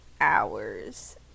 hours